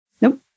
Nope